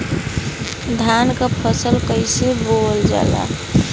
धान क फसल कईसे बोवल जाला?